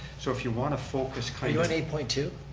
so if you want to focus are you on eight point two?